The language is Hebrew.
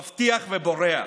מבטיח ובורח,